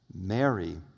Mary